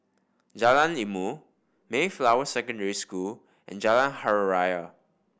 Jalan Ilmu Mayflower Secondary School and Jalan Hari Raya